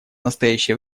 настоящее